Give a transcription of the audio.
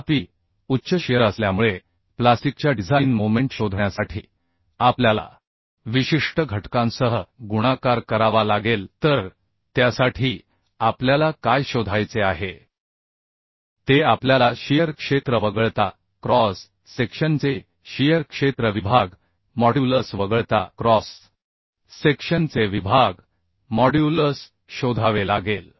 तथापि उच्च शिअर असल्यामुळे प्लास्टिकच्या डिझाइन मोमेंट शोधण्यासाठी आपल्याला विशिष्ट घटकांसह गुणाकार करावा लागेल तर त्यासाठी आपल्याला काय शोधायचे आहे ते आपल्याला शियर क्षेत्र वगळता क्रॉस सेक्शनचे शियर क्षेत्र विभाग मॉड्यूलस वगळता क्रॉस सेक्शनचे विभाग मॉड्यूलस शोधावे लागेल